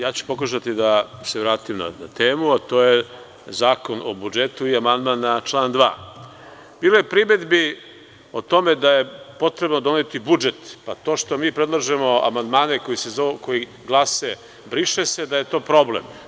Ja ću pokušati da se vratim na temu, a to je Zakon o budžetu i amandman na član 2. Bilo je primedbi o tome da je potrebno doneti budžet, pa to što mi predlažemo amandmane koji glase „briše se“ da je to problem.